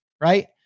right